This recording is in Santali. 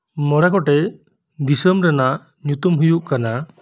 ᱢᱚᱬᱮ ᱜᱚᱴᱮᱱ ᱫᱤᱥᱚᱢ ᱨᱮᱱᱟᱜ ᱧᱩᱛᱩᱢ ᱦᱩᱭᱩᱜ ᱠᱟᱱᱟ